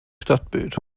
stadtbild